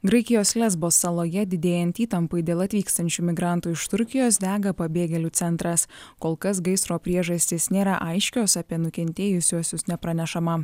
graikijos lesbo saloje didėjant įtampai dėl atvykstančių migrantų iš turkijos dega pabėgėlių centras kol kas gaisro priežastys nėra aiškios apie nukentėjusiuosius nepranešama